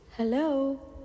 Hello